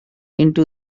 into